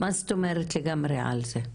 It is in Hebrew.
מה זאת אומרת לגמרי על זה?